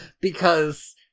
because-